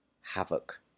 havoc